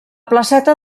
placeta